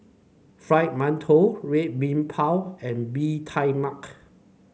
Fried Mantou Red Bean Bao and Bee Tai Mak